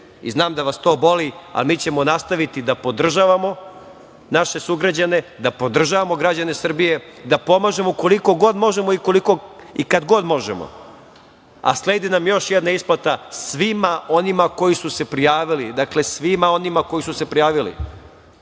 Znam da vas to boli, ali mi ćemo nastaviti da podržavamo naše sugrađane, da podržavamo građane Srbije, da pomažemo koliko god možemo i kad god možemo, a sledi nam još jedna isplata svima onima koji su se prijavili. Dakle, svima onima koji su se prijavili,